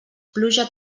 pluja